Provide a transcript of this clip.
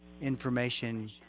information